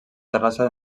terrassa